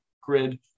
grid